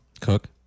Cook